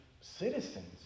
citizens